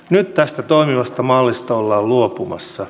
nyt tästä toimivasta mallista ollaan luopumassa